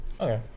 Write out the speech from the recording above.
Okay